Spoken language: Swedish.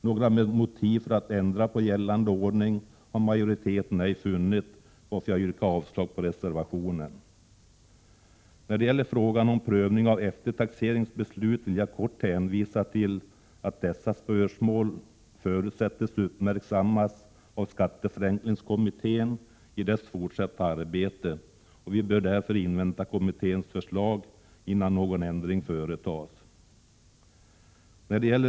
Några motiv för att ändra på gällande ordning har majoriteten ej funnit, varför jag yrkar avslag på reservationen. När det gäller frågan om prövning av eftertaxeringsbeslut vill jag kort hänvisa till att dessa spörsmål förutsätts uppmärksammas av skatteförenklingskommittén i dess fortsatta arbete. Vi bör därför invänta kommitténs förslag innan någon ändring företas.